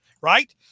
right